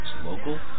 local